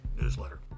newsletter